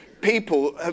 people